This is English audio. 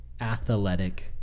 athletic